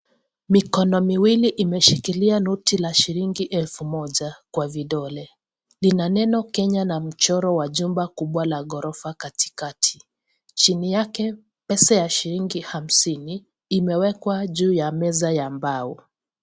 Mikono miwili imeshikilia noti la shilingi elfu moja kwa vidole lina neno Kenya na mchoro wa jumba kubwa la ghorofa katikati chini yake pesa ya shilingi hamsini imewekwa juu ya meza ya mbao.